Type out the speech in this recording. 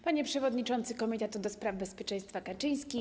Panie Przewodniczący Komitetu ds. Bezpieczeństwa Kaczyński!